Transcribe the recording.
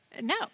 No